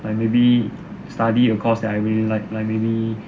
like maybe study a course that I really like like maybe